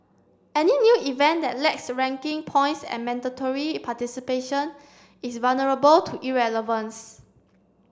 any new event that lacks ranking points and mandatory participation is vulnerable to irrelevance